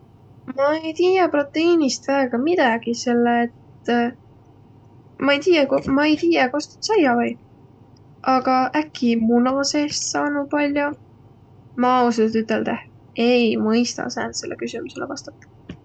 Ma ei tiiäq proteiinist väega midägi, selle et ma ei tiiäq ko- ma ei tiiäq, kost tuud saiaq või. Aga äkki muna seest saanuq pall'o? Ma ausahe üteldäq ei mõistaq sääntsele küsümüsele vastadaq.